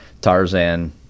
Tarzan